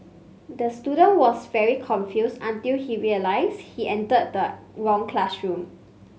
the student was very confused until he realised he entered the wrong classroom